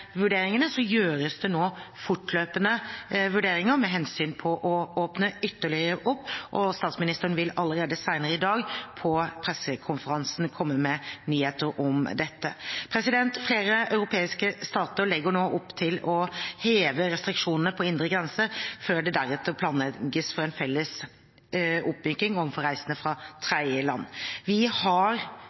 vurderingene gjøres det nå fortløpende vurderinger med hensyn til å åpne ytterligere opp. Statsministeren vil allerede på pressekonferansen senere i dag komme med nyheter om dette. Flere europeiske stater legger nå opp til å heve restriksjonene på indre grenser, før det deretter planlegges for en felles oppmykning overfor reisende fra tredjeland. Vi har